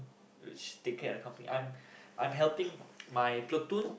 which take care the company I I'm helping my platoon